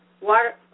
Water